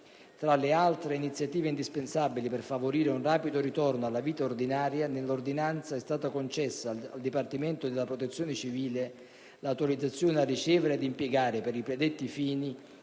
Tra le altre iniziative indispensabili per favorire un rapido ritorno alla vita ordinaria, nell'ordinanza è stata concessa al Dipartimento della protezione civile l'autorizzazione a ricevere e impiegare per i predetti fini